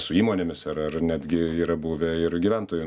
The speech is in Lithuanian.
su įmonėmis ar ar netgi yra buvę ir gyventojų